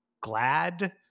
glad